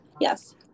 Yes